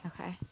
Okay